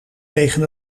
tegen